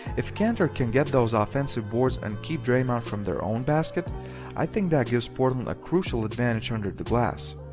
if kanter can get those offensive boards and keep draymond from their own basket i think that gives portland a crucial advantage under the glass.